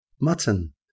mutton